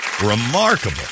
remarkable